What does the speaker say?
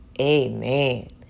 amen